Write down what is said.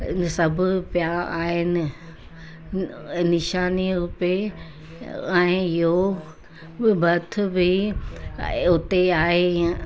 सभु पिया आहिनि निशानीअ रुपे ऐं इहो भर्त बि उते आहे